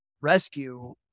rescue